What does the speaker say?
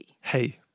Hey